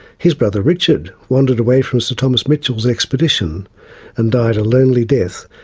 his brother richard wandered away from sir thomas mitchell's expedition and died a lonely death,